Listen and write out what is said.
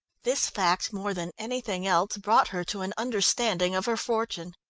this fact more than anything else, brought her to an understanding of her fortune.